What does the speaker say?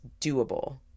doable